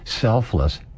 selfless